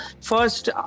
First